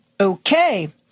Okay